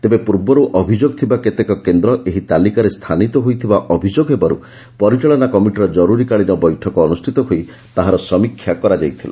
ତେବେ ପୂର୍ବର୍ ଅଭିଯୋଗ ଥିବା କେତେକ କେନ୍ଦ ଏହି ତାଲିକାରେ ସ୍ଚାନିତ ହୋଇଥିବା ଅଭିଯୋଗ ହେବାରୁ ପରିଚାଳନା କମିଟିର କରୁରିକାଳୀନ ବୈଠକ ଅନୁଷ୍ଷିତ ହୋଇ ତାହାର ସମୀକ୍ଷା କରାଯାଇଥିଲା